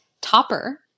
topper